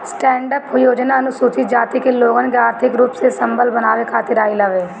stand up योजना अनुसूचित जाति के लोगन के आर्थिक रूप से संबल बनावे खातिर आईल हवे